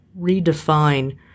redefine